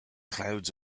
clouds